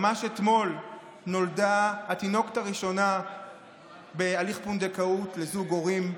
ממש אתמול נולדה התינוקת הראשונה בהליך פונדקאות לזוג הורים,